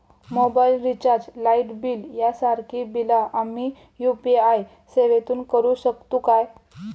Mobile recharge, light bill यांसारखी बिला आम्ही यू.पी.आय सेवेतून करू शकतू काय?